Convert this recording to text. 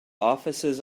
offices